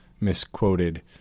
misquoted